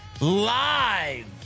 live